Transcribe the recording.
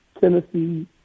Tennessee